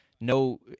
no